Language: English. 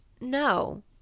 no